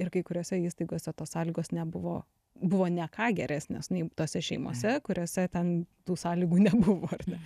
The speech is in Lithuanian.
ir kai kuriose įstaigose tos sąlygos nebuvo buvo ne ką geresnės nei tose šeimose kuriose ten tų sąlygų nebuvo ar ne